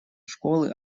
школы